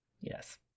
Yes